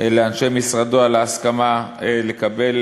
לאנשי משרדו, על ההסכמה לקבל